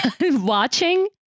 watching